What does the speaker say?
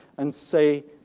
and say,